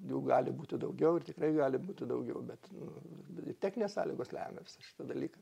jų gali būti daugiau ir tikrai gali būti daugiau bet nu ir techninės sąlygos lemia visą šitą dalyką